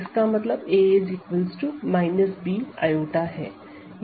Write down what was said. इसका मतलब a b i के